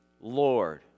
Lord